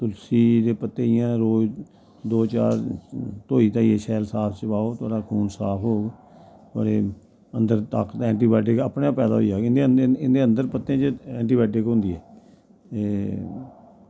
तुलसी दे पत्ते इयां रोज़ दो चार धोई धाइयै शैल साफ सफाओ थोआड़ा खून साफ होग थुआढ़े अन्दर ऐन्टीबाएओटीक आपैं गै पैदा होई जाग इंदे अन्दर पत्तें च ऐन्टीबाएओटीक होंदी ऐ ते